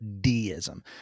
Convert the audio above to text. deism